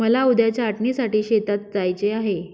मला उद्या छाटणीसाठी शेतात जायचे आहे